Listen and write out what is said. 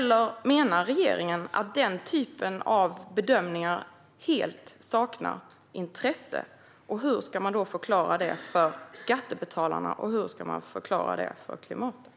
Eller menar regeringen att den typen av bedömningar helt saknar intresse? Hur ska man då förklara det för skattebetalarna, och hur ska man förklara det för klimatet?